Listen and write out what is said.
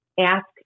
ask